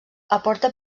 aporta